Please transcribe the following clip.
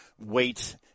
wait